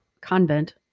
Convent